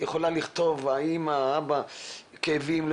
יכולה לכתוב האימא שיש לו ילדים,